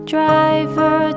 Driver